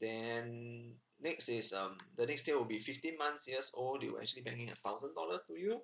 then next is um the next thing will be fifteen months years old they will actually bank in a thousand dollars to you